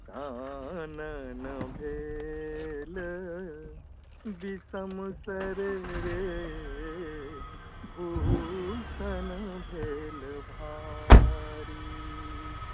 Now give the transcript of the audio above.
चानन भेल विषम सर रे भूषण भेल भारी